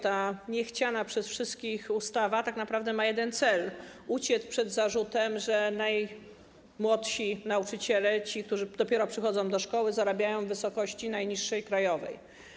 Ta niechciana przez wszystkich ustawa tak naprawdę ma jeden cel - uciec przed zarzutem, że najmłodsi nauczyciele, ci, którzy dopiero przychodzą do szkoły, mają zarobki w wysokości najniższej krajowej.